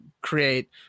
create